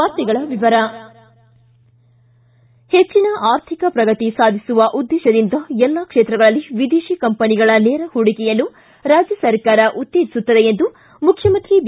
ವಾರ್ತೆಗಳ ವಿವರ ಹೆಚ್ಚನ ಆರ್ಥಿಕ ಪ್ರಗತಿ ಸಾಧಿಸುವ ಉದ್ದೇಶದಿಂದ ಎಲ್ಲಾ ಕ್ಷೇತ್ರಗಳಲ್ಲಿ ವಿದೇಶಿ ಕಂಪನಿಗಳ ನೇರ ಹೂಡಿಕೆಯನ್ನು ರಾಜ್ಯ ಸರ್ಕಾರ ಉತ್ತೇಜಿಸುತ್ತದೆ ಎಂದು ಮುಖ್ಚಮಂತ್ರಿ ಬಿ